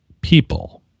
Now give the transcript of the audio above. people